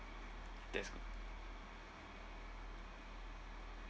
that's